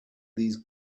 these